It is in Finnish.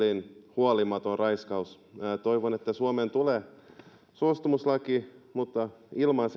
huolimaton raiskaus toivon että suomeen tulee suostumuslaki mutta ilman